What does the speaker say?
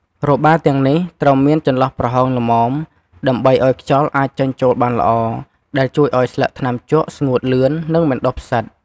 របារទាំងនេះត្រូវមានចន្លោះប្រហោងល្មម ដើម្បីអោយខ្យល់អាចចេញចូលបានល្អ ដែលជួយអោយស្លឹកថ្នាំជក់ស្ងួតលឿន និងមិនដុះផ្សិត។